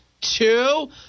two